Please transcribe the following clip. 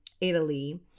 Italy